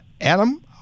Adam